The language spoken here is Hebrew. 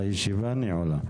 הישיבה נעולה.